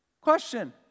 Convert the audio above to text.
Question